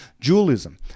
dualism